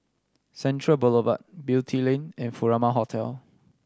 Central Boulevard Beatty Lane and Furama Hotel